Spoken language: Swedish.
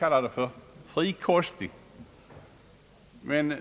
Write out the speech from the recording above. Därav förlusterna.